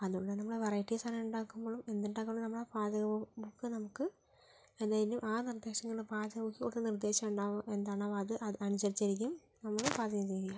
അതുകൊണ്ടാണ് നമ്മള് വെറൈറ്റി സാധനങ്ങള് ഉണ്ടാക്കുമ്പോഴും എന്ത് ഉണ്ടാക്കുമ്പോഴും നമ്മളാ പാചക ബുക്ക് നമുക്ക് എന്തേലും ആ നിർദ്ദേശങ്ങള് പാചക ബുക്കിലുള്ള നിർദ്ദേശം എന്താണോ എന്താണാവോ അത് അത് അനുസരിച്ച് ഇരിക്കും നമ്മള് പാചകം ചെയ്യുക